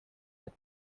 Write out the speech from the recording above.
let